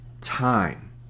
time